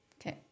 Okay